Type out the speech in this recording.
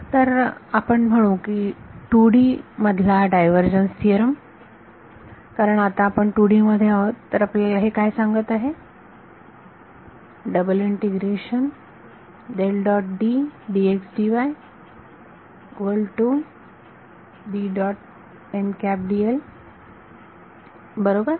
तर आपण म्हणू 2D मधला डायव्हर्जन्स थिओरम कारण आता आपण 2D मध्ये आहोत तर आपल्याला हे काय सांगत आहे बरोबर